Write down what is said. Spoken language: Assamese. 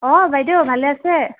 অঁ বাইদেউ ভালে আছে